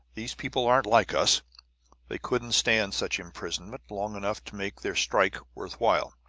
these people aren't like us they couldn't stand such imprisonment long enough to make their strike worth while.